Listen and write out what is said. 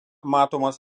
matomas